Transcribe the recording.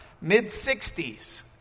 mid-60s